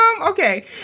okay